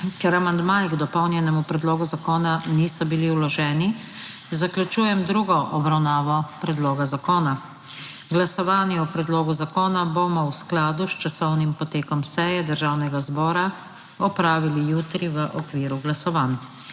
Ker amandmaji k dopolnjenemu predlogu zakona niso bili vloženi, zaključujem drugo obravnavo predloga zakona. Glasovanje o predlogu zakona bomo v skladu s časovnim potekom seje Državnega zbora opravili jutri v okviru glasovanj.